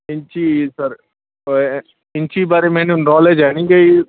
ਇੰਚੀ ਸਰ ਇੰਚੀ ਬਾਰੇ ਮੈਨੂੰ ਨੋਲੇਜ ਹੈ ਨਹੀਂ ਗਈ